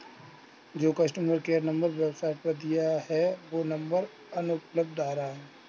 जो customer care number website पर दिया है वो नंबर अनुपलब्ध आ रहा है